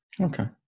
Okay